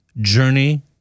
Journey